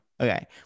Okay